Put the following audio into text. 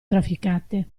trafficate